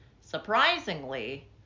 surprisingly